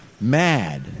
mad